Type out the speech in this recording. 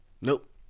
Nope